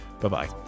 bye-bye